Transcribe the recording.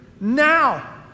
now